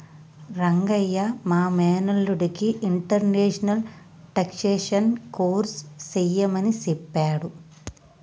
రంగయ్య మా మేనల్లుడికి international taxation course సెయ్యమని సెప్పాడు